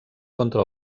contra